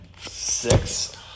six